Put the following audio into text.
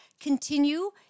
continue